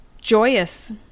joyous